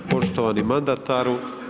Poštovani mandataru.